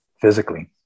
physically